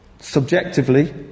subjectively